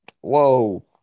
Whoa